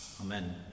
Amen